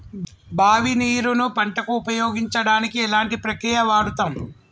బావి నీరు ను పంట కు ఉపయోగించడానికి ఎలాంటి ప్రక్రియ వాడుతం?